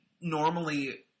normally